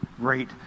great